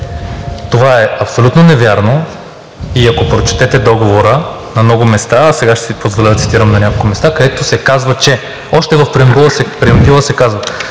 Това е абсолютно невярно и ако прочетете договора, има много места – сега ще си позволя да цитирам няколко места, където още в преамбюла се казва: